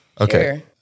Okay